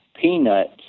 peanuts